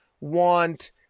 want